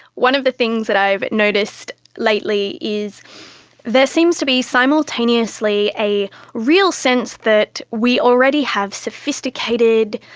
one of the things that i've noticed lately is there seems to be simultaneously a real sense that we already have sophisticated,